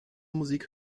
musik